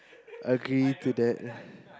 agree to that